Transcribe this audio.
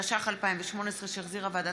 התשע"ח 2018, נתקבל.